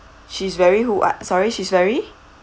she's very who uh sorry she's very